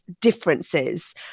differences